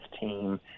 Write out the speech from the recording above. team